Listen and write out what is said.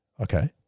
Okay